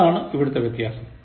അതാണ് ഇവിടുത്തെ വ്യത്യാസം